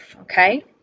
okay